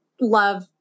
love